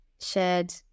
shared